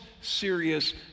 serious